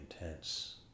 intense